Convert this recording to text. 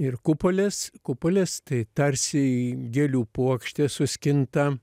ir kupolės kupolės tai tarsi gėlių puokštė suskinta